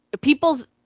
people's